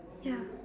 ya